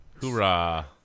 Hoorah